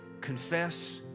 confess